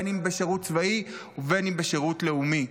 בין אם בשירות צבאי ובין אם בשירות לאומי.